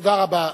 תודה רבה.